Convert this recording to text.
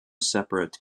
separate